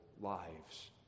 lives